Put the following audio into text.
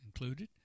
included